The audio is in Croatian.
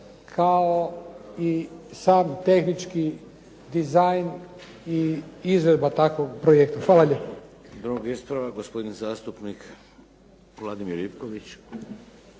kao i sam tehnički dizajna i izvedba takvog projekta. Hvala lijepo.